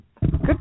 Good